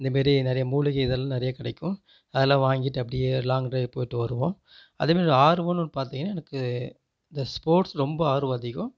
இந்தமாரி நிறைய மூலிகை இதெலாம் நிறைய கிடைக்கும் அதெல்லாம் வாங்கிகிட்டு அப்படியே லாங் டிரைவ் போயிவிட்டு வருவோம் அதேமாரி ஆர்வனு பார்த்தீங்கன்னா எனக்கு இந்த ஸ்போர்ட்ஸ் ரொம்ப ஆர்வம் அதிகம்